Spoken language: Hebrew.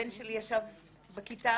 הבן שלי ישב בכיתה,